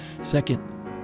Second